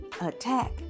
attack